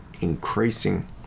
increasing